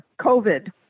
COVID